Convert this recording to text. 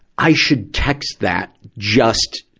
i should text that, just,